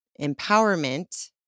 empowerment